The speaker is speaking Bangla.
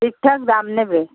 ঠিকঠাক দাম নেবে